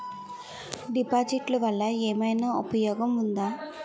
డిపాజిట్లు వల్ల ఏమైనా ఉపయోగం ఉందా?